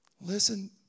Listen